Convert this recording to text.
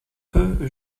peu